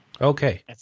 okay